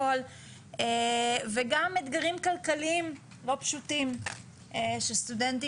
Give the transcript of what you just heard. וגם אתגרים כלכליים לא פשוטים שסטודנטים